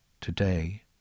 Today